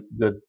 good